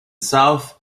south